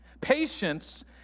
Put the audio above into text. Patience